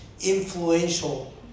influential